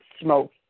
smoke